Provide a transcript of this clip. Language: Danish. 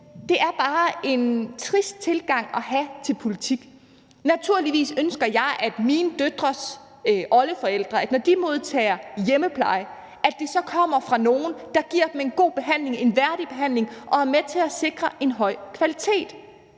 det er bare en trist tilgang at have til politik. Naturligvis ønsker jeg, at når mine døtres oldeforældre modtager hjemmepleje, kommer det fra nogen, der giver dem en god behandling og en værdig behandling, og som er med til at sikre en høj kvalitet.